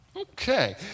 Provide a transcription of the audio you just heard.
Okay